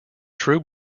true